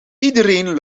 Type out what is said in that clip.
iedereen